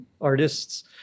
artists